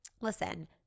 Listen